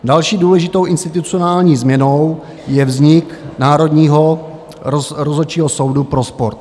Další důležitou institucionální změnou je vznik Národního rozhodčího soudu pro sport.